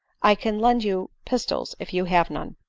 i can lend you pistols if you have none.